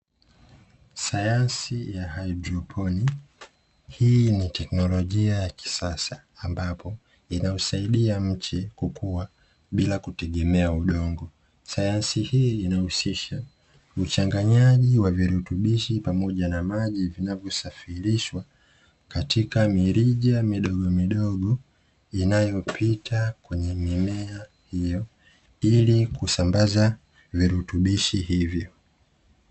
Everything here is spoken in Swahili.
Sayansi ya hydroponic hii ni teknolojia ya kisasa. Ambapo! inausaidia mche kukua bila kutegemea udongo. Sayansi hii inahusisha uchanganyaji wa virutubishi pamoja na maji, vinavyo safirishwa katika mirija midogo midogo inayopita kwenye mimea hio ili kusambaza virutubishi hivyo.